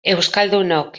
euskaldunok